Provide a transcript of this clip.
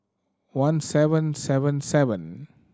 one seven seven seven